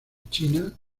china